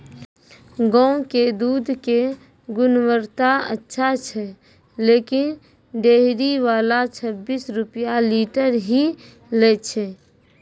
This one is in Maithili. गांव के दूध के गुणवत्ता अच्छा छै लेकिन डेयरी वाला छब्बीस रुपिया लीटर ही लेय छै?